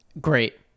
great